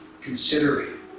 considering